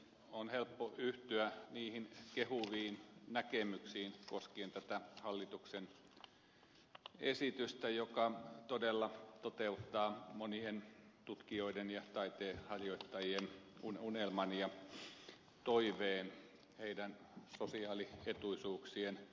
on helppo yhtyä niihin kehuviin näkemyksiin koskien tätä hallituksen esitystä joka todella toteuttaa monien tutkijoiden ja taiteenharjoittajien unelman ja toiveen heidän sosiaalietuisuuksiensa osalta